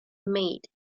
meade